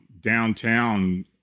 downtown